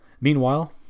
Meanwhile